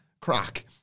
crack